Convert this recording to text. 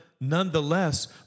nonetheless